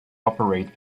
operates